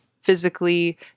physically